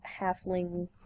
halfling